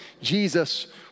Jesus